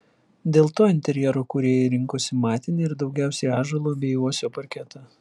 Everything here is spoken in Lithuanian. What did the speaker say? dėl to interjero kūrėjai rinkosi matinį ir daugiausiai ąžuolo bei uosio parketą